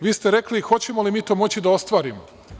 Vi ste rekli – hoćemo li mi to moći da ostvarimo?